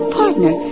partner